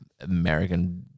American